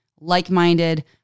like-minded